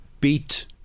beat